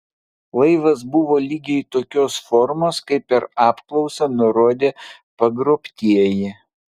laivas buvo lygiai tokios formos kaip per apklausą nurodė pagrobtieji